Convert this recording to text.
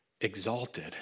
exalted